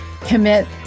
commit